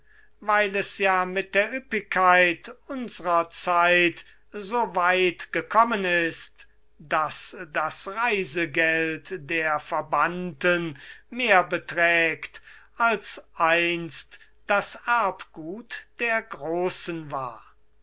weil es ja mit der ueppigkeit unsrer zeit so weit gekommen ist daß das reisegeld der verbannten mehr beträgt als einst das erbgut der großen war